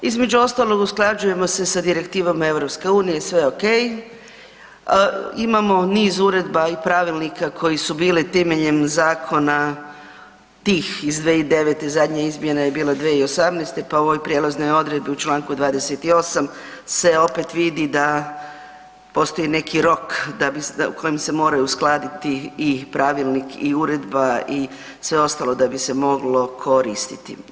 Između ostalog, usklađujemo se sa direktivama EU-a i sve ok, a imamo niz uredba i pravilnika koji su bili temeljem zakona tih iz 2009., zadnja izmjena je bila 2018. pa u ovoj prijelaznoj odredbi u čl. 28. se opet vidi da postoji neki rok u kojem se moraju uskladiti i pravilnik i uredba i sve ostalo da bi se moglo koristiti.